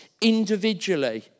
individually